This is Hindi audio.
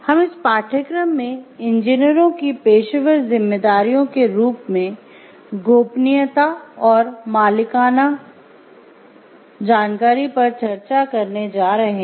हम इस पाठ्यक्रम में इंजीनियरों की पेशेवर जिम्मेदारियों के रूप में गोपनीयता जानकारी पर चर्चा करने जा रहे हैं